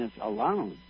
alone